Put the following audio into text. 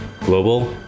global